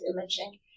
imaging